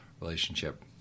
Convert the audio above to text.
relationship